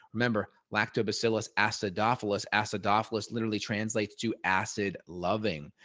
remember lactobacillus acidophilus, acidophilus, literally translates to acid loving,